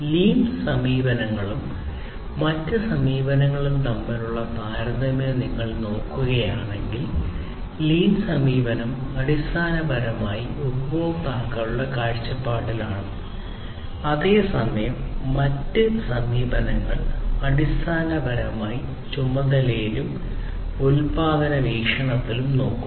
lean സമീപനവും മറ്റ് സമീപനങ്ങളും തമ്മിലുള്ള താരതമ്യം നിങ്ങൾ നോക്കുകയാണെങ്കിൽ ലീൻ സമീപനം അടിസ്ഥാനപരമായി ഉപഭോക്താക്കളുടെ കാഴ്ചപ്പാടിലാണ് അതേസമയം മറ്റ് സമീപനങ്ങൾ അടിസ്ഥാനപരമായി ചുമതലയിലും ഉൽപാദന വീക്ഷണത്തിലും നോക്കുന്നു